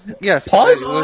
Yes